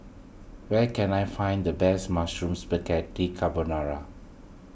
where can I find the best Mushroom Spaghetti Carbonara